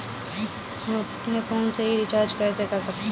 हम अपने ही फोन से रिचार्ज कैसे कर सकते हैं?